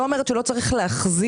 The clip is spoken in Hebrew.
אני לא אומרת שלא צריך להחזיר,